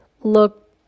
look